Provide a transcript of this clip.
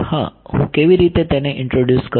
હા હું કેવી રીતે તેને ઈન્ટ્રોડ્યુસ કરું